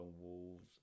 Wolves